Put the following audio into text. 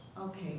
Okay